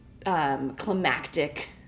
Climactic